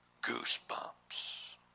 goosebumps